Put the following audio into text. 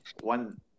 One